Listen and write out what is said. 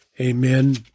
Amen